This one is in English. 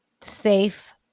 safe